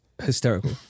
Hysterical